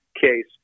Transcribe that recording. case